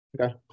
Okay